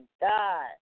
God